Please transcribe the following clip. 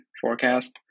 forecast